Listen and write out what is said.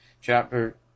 chapter